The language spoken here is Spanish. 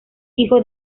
hijo